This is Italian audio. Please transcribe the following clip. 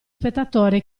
spettatore